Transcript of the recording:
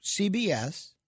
CBS